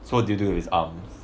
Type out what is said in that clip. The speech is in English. so what did you do with his arms